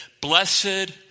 blessed